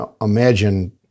imagine